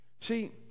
See